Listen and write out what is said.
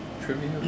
trivia